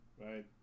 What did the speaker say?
right